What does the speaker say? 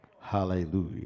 Hallelujah